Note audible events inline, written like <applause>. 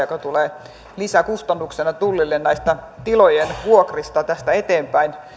<unintelligible> joka tulee lisäkustannuksena tullille tilojen vuokrista tästä eteenpäin